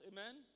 Amen